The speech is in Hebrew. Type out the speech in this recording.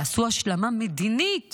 תעשו השלמה מדינית